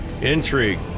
intrigue